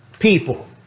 people